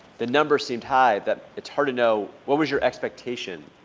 the numbers seem high that it's hard to know, what was your expectation,